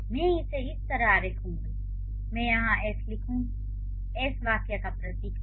मैं इसे इस तरह आरेखूँगा मैं यहाँ एस लिखूंगा एस वाक्य क प्रतीक है